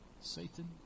Satan